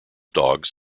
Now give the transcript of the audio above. dogs